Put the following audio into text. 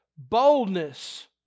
boldness